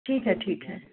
ठीक है ठीक है